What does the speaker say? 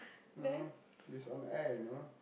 no this on air you know